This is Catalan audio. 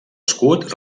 escut